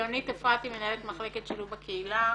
יונית אפרתי, מנהלת מחלקת שילוב בקהילה,